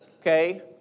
okay